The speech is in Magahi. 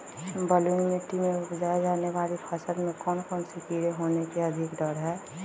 बलुई मिट्टी में उपजाय जाने वाली फसल में कौन कौन से कीड़े होने के अधिक डर हैं?